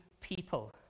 people